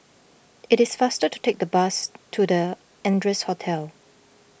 it is faster to take the bus to the Ardennes Hotel